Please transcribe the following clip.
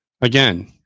again